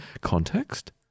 context